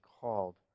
called